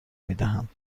میدهند